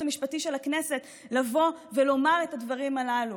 המשפטי של הכנסת לבוא ולומר את הדברים הללו.